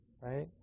right